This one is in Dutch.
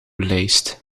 lijst